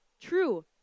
true